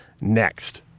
next